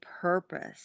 purpose